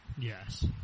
Yes